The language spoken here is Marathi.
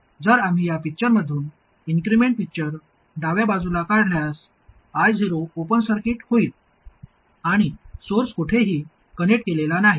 जर आम्ही या पिक्चरमधून इन्क्रिमेंटल पिक्चर डाव्या बाजूला काढल्यास I0 ओपन सर्किट होईल आणि सोर्स कोठेही कनेक्ट केलेला नाही